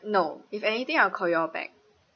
no if anything I'll call y'all back